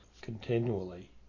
continually